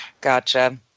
Gotcha